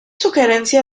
sugerencia